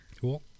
Cool